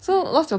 !hais!